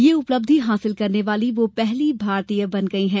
यह उपलब्धि हासिल करने वाली वह पहली भारतीय बन गई हैं